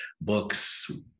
books